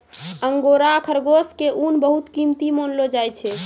angora खरगोश के ऊन बहुत कीमती मानलो जाय छै